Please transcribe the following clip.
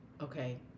okay